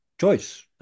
choice